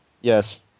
Yes